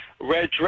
red